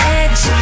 edge